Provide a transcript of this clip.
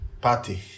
party